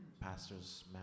pastors